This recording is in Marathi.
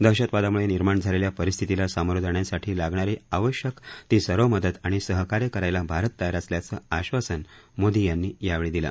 दहशतवादाम्ळे निर्माण झालेल्या परिस्थितीला सामोरं जाण्यासाठी लागणारी आवश्यक ती सर्व मदत आणि सहकार्य करायला भारत तयार असल्याचं आश्वासन मोदी यांनी यावेळी दिलं